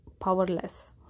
powerless